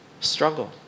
struggle